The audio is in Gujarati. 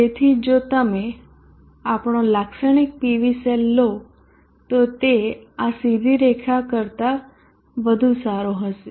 તેથી જો તમે આપણો લાક્ષણિક PV સેલ લો તો તે આ સીધી રેખા કરતા વધુ સારો હશે